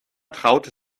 traute